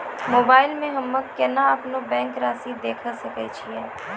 Mobile मे हम्मय केना अपनो बैंक रासि देखय सकय छियै?